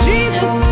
Jesus